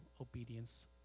obedience